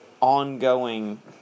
ongoing